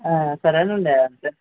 సరేనండి అయితే